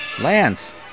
Lance